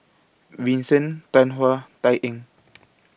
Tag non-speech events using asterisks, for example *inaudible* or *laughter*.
Vincent Tan Hwa Tay Eng *noise*